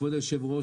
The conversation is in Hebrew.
כבוד היושב-ראש,